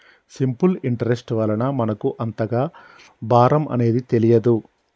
simple interest వలన మనకు అంతగా భారం అనేది తెలియదు